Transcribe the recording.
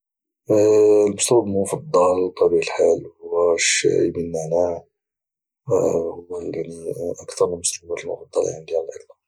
المشروب المفضل بطبيعة الحال هو الشاي بالنعناع هو يعني اكثر المشروبات المفضلة عندي على الإطلاق